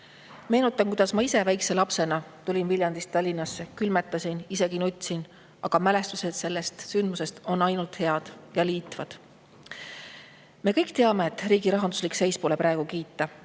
Meenutan, kuidas ma ise väikese lapsena tulin Viljandist Tallinnasse, külmetasin, isegi nutsin, aga mälestused sellest sündmusest on ainult head ja liitvad. Me kõik teame, et riigi rahanduslik seis pole praegu kiita.